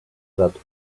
that